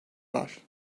var